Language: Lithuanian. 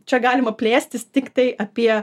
čia galima plėstis tiktai apie